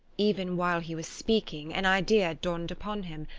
even while he was speaking an idea dawned upon him,